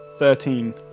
Thirteen